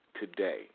Today